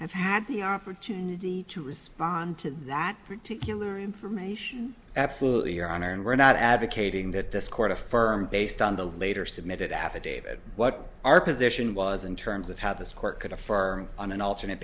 have had the opportunity to respond to that particular information absolutely your honor and we're not advocating that this court affirmed based on the later submitted affidavit what our position was in terms of how this court could a farm on an alternate